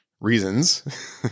reasons